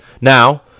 Now